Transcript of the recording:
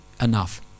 enough